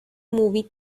movie